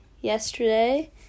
yesterday